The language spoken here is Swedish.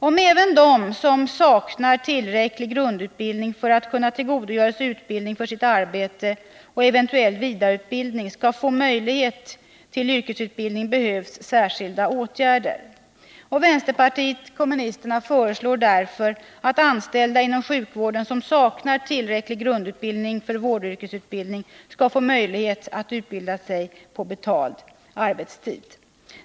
Om även de som saknar tillräcklig grundutbildning för att kunna tillgodogöra sig utbildning för sitt arbete och eventuell vidareutbildning skall få möjlighet till yrkesutbildning, behövs särskilda åtgärder. Vänsterpartiet kommunisterna föreslår därför att anställda inom sjukvården som saknar tillräcklig grundutbildning för vårdyrkesutbildning skall få möjlighet att utbilda sig på betald arbetstid.